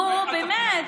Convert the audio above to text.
נו, באמת.